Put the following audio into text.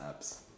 apps